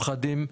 פחדים.